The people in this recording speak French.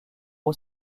aux